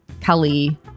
Kelly